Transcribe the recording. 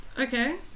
Okay